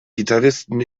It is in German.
gitarristen